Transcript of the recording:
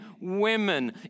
women